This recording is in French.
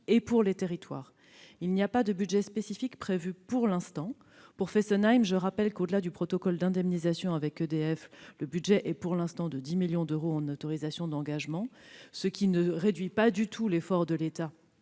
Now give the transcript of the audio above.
et pour les territoires. Il n'y a pas, pour l'instant, de budget spécifique prévu. Pour la centrale de Fessenheim, je rappelle que, au-delà du protocole d'indemnisation avec EDF, le budget est pour le moment de 10 millions d'euros, en autorisations d'engagement, ce qui ne réduit pas du tout l'effort de l'État